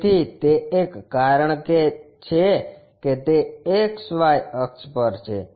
તેથી તે એક કારણ છે કે તે XY અક્ષ પર છે